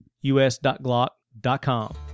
us.glock.com